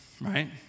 right